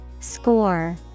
score